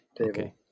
Okay